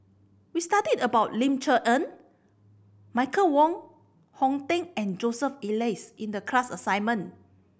we studied about Ling Cher Eng Michael Wong Hong Teng and Joseph Elias in the class assignment